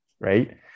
right